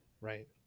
Right